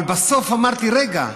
בסוף אמרתי: רגע,